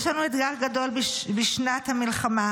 יש לנו אתגר גדול בשנת המלחמה,